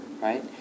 right